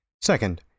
Second